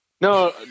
No